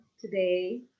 today